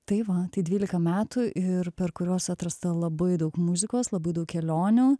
tai va tai dvylika metų ir per kuriuos atrasta labai daug muzikos labai daug kelionių